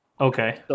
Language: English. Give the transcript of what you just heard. Okay